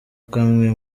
kamwe